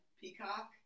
peacock